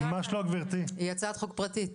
היא הצעת חוק פרטית.